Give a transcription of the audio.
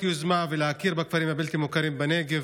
יוזמה ולהכיר בכפרים הבלתי-מוכרים בנגב